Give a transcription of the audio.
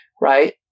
Right